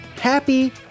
Happy